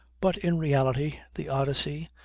but, in reality, the odyssey,